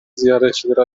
ziyaretçilere